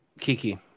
Kiki